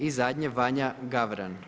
I zadnje Vanja Gavran.